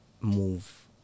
move